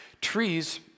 Trees